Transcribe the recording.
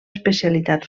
especialitat